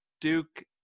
duke